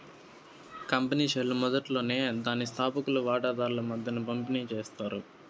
company షేర్లు మొదట్లోనే దాని స్తాపకులు వాటాదార్ల మద్దేన పంపిణీ చేస్తారు